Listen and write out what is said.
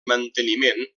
manteniment